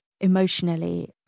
emotionally